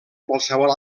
qualsevol